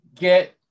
get